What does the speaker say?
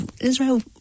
israel